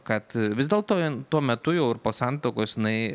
kad vis dėlto tuo metu jau po santuokos jinai